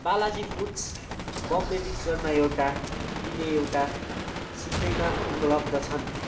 Balaji foods Bombay मिक्सचरमा एउटा किने एउटा सित्तैमा उपलब्ध छन्